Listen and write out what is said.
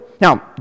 Now